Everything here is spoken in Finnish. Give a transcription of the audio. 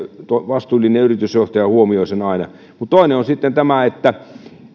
vastuullinen yritysjohtaja huomioi sen aina mutta toinen on sitten tämä